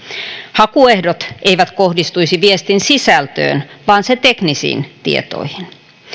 hakuehdot eivät kohdistuisi viestin sisältöön vaan sen teknisiin tietoihin